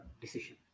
decision